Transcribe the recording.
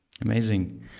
amazing